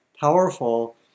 powerful